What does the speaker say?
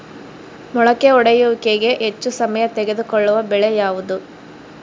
ಮೊಳಕೆ ಒಡೆಯುವಿಕೆಗೆ ಹೆಚ್ಚು ಸಮಯ ತೆಗೆದುಕೊಳ್ಳುವ ಬೆಳೆ ಯಾವುದು?